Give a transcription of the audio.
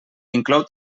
inclou